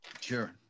sure